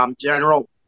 General